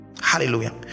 hallelujah